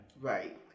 Right